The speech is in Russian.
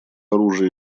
оружия